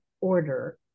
order